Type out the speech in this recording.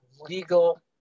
legal